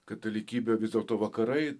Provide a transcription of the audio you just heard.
katalikybė vis dėlto vakarai